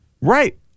right